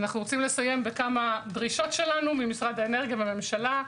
נסיים בכמה דרישות שלנו ממשרד האנרגיה ומהממשלה,